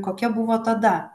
kokia buvo tada